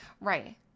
Right